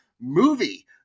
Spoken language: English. movie